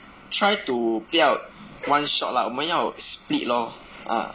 try to 不要 one shot lah 我们要 split lor ah